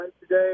today